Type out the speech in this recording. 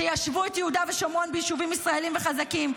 תיישבו את יהודה ושומרון ביישובים ישראליים וחזקים,